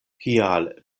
kial